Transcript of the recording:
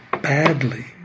badly